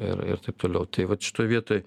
ir ir taip toliau tai vat šitoj vietoj